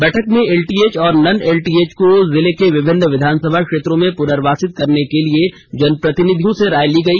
बैठक में एलटीएच और नन एलटीएच को जिले के विभिन्न विधानसभा क्षेत्र में पुनर्वासित करने के लिए जनप्रतिनिधियों से राय ली गई